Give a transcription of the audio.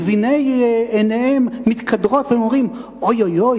גביני עיניהם מתקדרים והם אומרים: אוי אוי אוי,